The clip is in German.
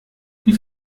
wie